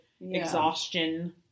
exhaustion